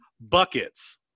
Buckets